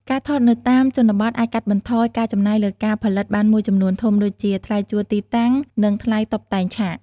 ការថតនៅតាមជនបទអាចកាត់បន្ថយការចំណាយលើការផលិតបានមួយចំនួនធំ ដូចជា ថ្លៃជួលទីតាំង និងថ្លៃតុបតែងឆាក។